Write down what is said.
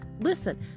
Listen